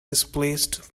displaced